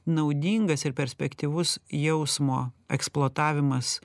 naudingas ir perspektyvus jausmo eksploatavimas